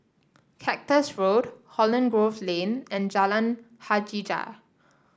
Cactus Road Holland Grove Lane and Jalan Hajijah